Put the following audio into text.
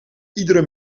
iedere